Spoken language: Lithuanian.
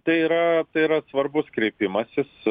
tai yra tai yra svarbus kreipimasis